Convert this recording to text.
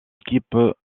équipe